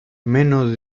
menos